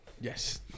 yes